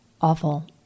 awful